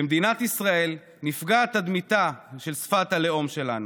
במדינת ישראל נפגעת תדמיתה של שפת הלאום שלנו.